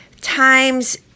times